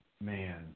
man